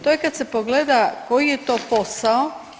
To je kad se pogleda koji je to posao.